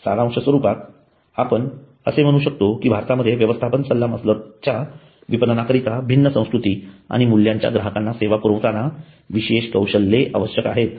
सारांश स्वरूपात आपण असे म्हणू शकतो की भारतामध्ये व्यवस्थापन सल्लामसलतच्या विपणनाकरिता भिन्न संस्कृती आणि मूल्यांच्या ग्राहकांना सेवा पुरविताना विशेष कौशल्ये आवश्यक आहेत